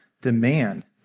demand